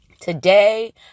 Today